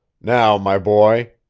now, my boy,